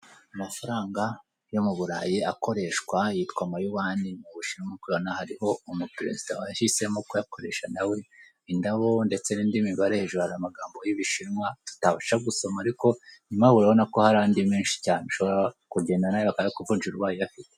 Amafaranga yo mu Burayi akoreshwa yitwa Amayuwani, mu Bushinwa, nk'uko ubibona hari umuperezida wahisemo kuyakoresha nawe, indabo ndetse n'indi mibare, hejuru hari amagambo y'Ibishinwa tutabasha gusoma ariko inyumay'aho urabona ko hari andi menshi cyane ubishate kugenda nawe bakayakuvunjira ubaye uyafite.